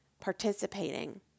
participating